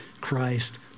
Christ